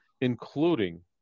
including